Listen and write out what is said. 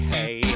Hey